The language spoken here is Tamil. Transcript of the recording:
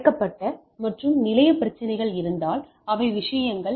மறைக்கப்பட்ட மற்றும் நிலைய பிரச்சினைகள் இருந்தால் அவை விஷயங்கள்